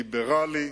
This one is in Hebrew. ליברלי,